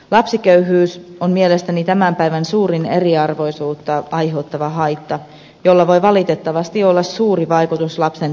lapsiköyhyys on mielestäni tämän päivän suurin eriarvoisuutta aiheuttava haitta jolla voi valitettavasti olla suuri vaikutus lapsen tulevaisuuteen